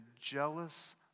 jealous